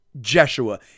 Jeshua